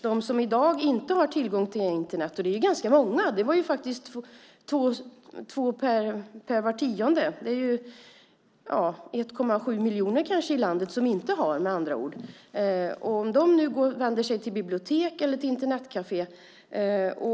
De som i dag inte har tillgång till Internet - och det är ju ganska många: två av tio innebär kanske 1,7 miljoner i landet - kan i dag vända sig till bibliotek och Internetkaféer.